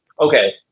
okay